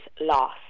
loss